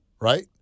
right